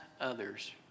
others